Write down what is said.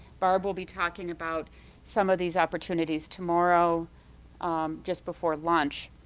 barb will be talking about some of these opportunities tomorrow um just before lunch,